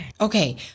Okay